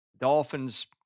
Dolphins